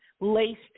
laced